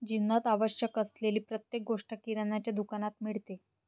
जीवनात आवश्यक असलेली प्रत्येक गोष्ट किराण्याच्या दुकानात मिळते